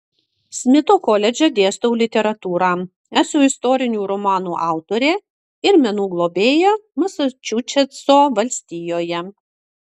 smito koledže dėstau literatūrą esu istorinių romanų autorė ir menų globėja masačusetso valstijoje